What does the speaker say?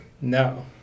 No